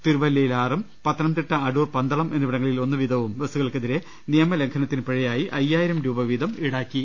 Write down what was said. തിരുവല്ലയിൽ ആറും പത്തനംതിട്ട അടൂർ പന്തളം എന്നിവിടങ്ങളിൽ ഒന്നു വീതവും ബസുകൾക്കെതിരെ നിയമ ലംഘ നത്തിന് പിഴയായി അയ്യായിരം രൂപ വീതം ഈടാക്കി